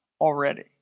already